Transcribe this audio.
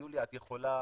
יוליה, את יכולה